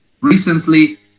recently